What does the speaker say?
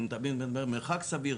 הוא מדבר על מרחק סביר,